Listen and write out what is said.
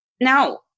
now